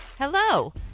Hello